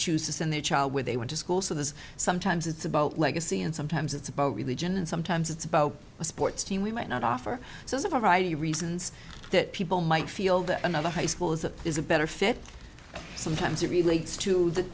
choose to send their child where they went to school so there's sometimes it's about legacy and sometimes it's about religion and sometimes it's about a sports team we might not offer so as a ride the reasons that people might feel that another high school is a is a better fit sometimes it relates to the